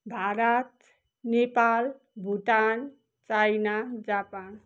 Bharat Nepal Bhutan China Japan